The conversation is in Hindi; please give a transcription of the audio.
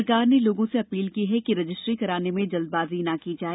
सरकार ने लोगों से अपील की है कि रजिस्ट्री कराने में जल्दबाजी न की जाए